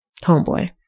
Homeboy